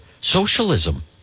socialism